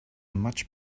much